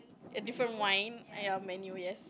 a different wine eh ya menu yes